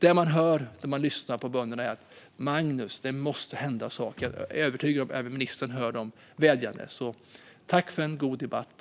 Det jag hör när jag lyssnar på bönderna är: Magnus, det måste hända saker. Jag är övertygad om att även ministern hör sådana vädjanden. Tack för en god debatt!